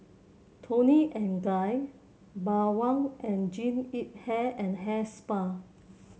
Toni and Guy Bawang and Jean Yip Hair and Hair Spa